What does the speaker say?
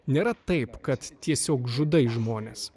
nėra taip kad tiesiog žudai žmones